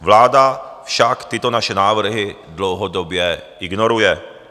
Vláda však tyto naše návrhy dlouhodobě ignoruje.